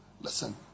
Listen